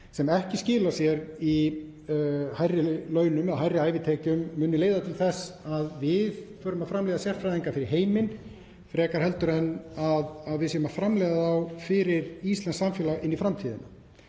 sem ekki skilar sér í hærri launum eða hærri ævitekjum muni leiða til þess að við förum að framleiða sérfræðinga fyrir heiminn frekar en að við séum að framleiða þá fyrir íslenskt samfélag inn í framtíðina.